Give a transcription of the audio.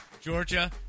Georgia